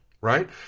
Right